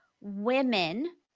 women